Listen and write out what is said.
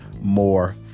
more